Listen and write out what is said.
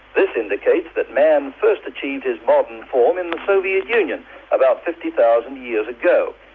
this indicates that man first achieved his modern form in the soviet union about fifty thousand years ago.